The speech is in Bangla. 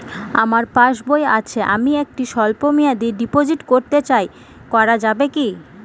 আমার পাসবই আছে আমি একটি স্বল্পমেয়াদি ডিপোজিট করতে চাই করা যাবে কি?